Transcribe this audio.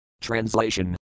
TRANSLATION